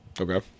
okay